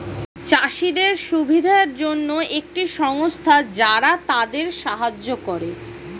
চাষীদের সুবিধার জন্যে একটি সংস্থা যারা তাদের সাহায্য করে